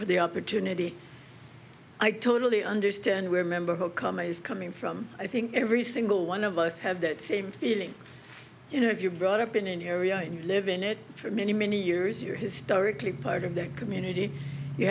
for the opportunity i totally understand where member of a comma is coming from i think every single one of us have that same feeling you know if you're brought up in an area and you live in it for many many years you're historically part of that community you